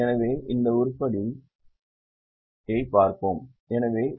எனவே இந்த உருப்படி எனவே இதைப் பார்ப்போம்